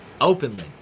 openly